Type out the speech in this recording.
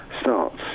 starts